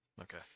Okay